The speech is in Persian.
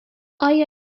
آیا